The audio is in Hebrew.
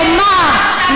ולומר,